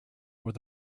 where